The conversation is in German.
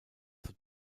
zur